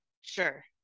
sure